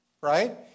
right